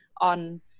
on